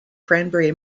cranberry